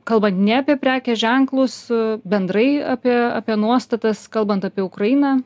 kalbant ne apie prekės ženklus bendrai apie apie nuostatas kalbant apie ukrainą